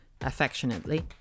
affectionately